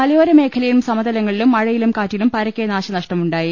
മലയോര മേഖലയിലും സമതലങ്ങളിലും മഴയിലും കാറ്റിലും പരക്കെ നാശനഷ്ടമുണ്ടായി